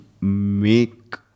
make